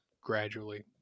gradually